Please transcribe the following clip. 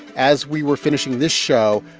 as we were finishing this show,